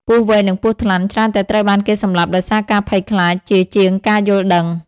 ពស់វែក និងពស់ថ្លាន់ ច្រើនតែត្រូវបានគេសម្លាប់ដោយសារការភ័យខ្លាចជាជាងការយល់ដឹង។